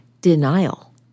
denial